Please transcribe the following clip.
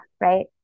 right